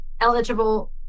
eligible